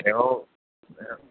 তেওঁ